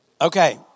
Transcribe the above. Okay